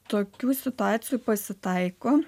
tokių situacijų pasitaiko